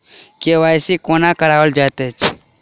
KYC कोना कराओल जाइत अछि?